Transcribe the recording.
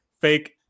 fake